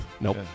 Nope